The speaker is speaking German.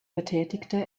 betätigte